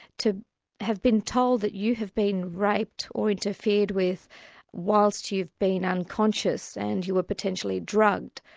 to have been told that you have been raped or interfered with whilst you've been unconscious and you were potentially drugged,